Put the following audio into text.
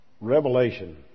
Revelation